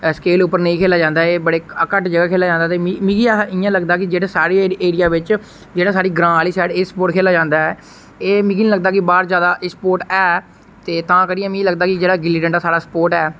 scale उप्पर नेई खेढेआ जंदा ऐ बडे़ घट्ट जगह खेलेआ जंदा ते मिगी इयां लगदा हा जेहडे़ स्कूल साढ़े ऐरिया बिच जेहडा साढ़े ग्रां आहली साइड ऐ स्पोर्ट खेलेआ जादा ऐ मिगी नेई लगदा कि बाहर ज्यादा स्पोर्ट ऐ ते तां करिये मि लगदा कि जेहड़ा गिल्ली डंडा ऐ ओह् साढ़ा स्पोर्ट ऐ